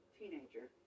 teenager